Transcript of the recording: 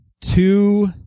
two